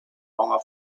longer